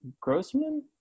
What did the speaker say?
Grossman